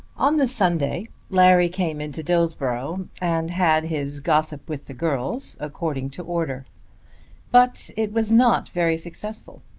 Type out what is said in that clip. on the sunday larry came into dillsborough and had his gossip with the girls according to order but it was not very successful.